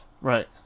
Right